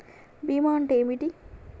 బీమా అంటే ఏమిటి?